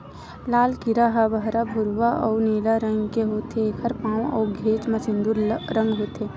लाल कीरा ह बहरा भूरवा अउ नीला रंग के होथे, एखर पांव अउ घेंच म सिंदूर रंग होथे